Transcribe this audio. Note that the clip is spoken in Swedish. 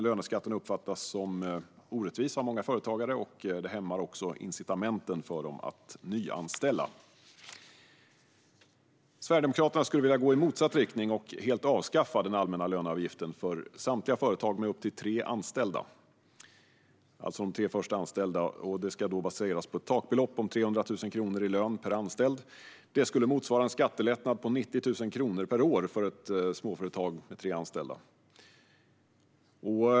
Löneskatten uppfattas som orättvis av många företagare, och den hämmar också incitamenten för dem att nyanställa. Sverigedemokraterna skulle vilja gå i motsatt riktning och helt avskaffa den allmänna löneavgiften för samtliga företag med upp till tre anställda, det vill säga de tre först anställda. Det ska baseras på ett takbelopp om 300 000 kronor i lön per anställd, och det skulle motsvara en skattelättnad på 90 000 kronor per år för ett småföretag med tre anställda.